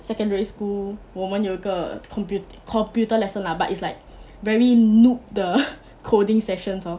secondary school 我们有一个 comput~ computer lesson lah but it's like very noob 的 coding sessions lor